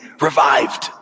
revived